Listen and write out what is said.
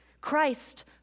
Christ